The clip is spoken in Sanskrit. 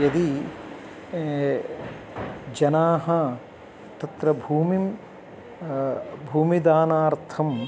यदि जनाः तत्र भूमिं भूमिदानार्थं